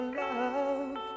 love